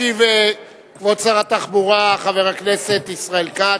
ישיב כבוד שר התחבורה חבר הכנסת ישראל כץ.